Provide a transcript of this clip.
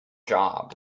job